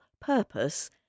purpose